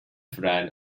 front